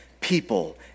people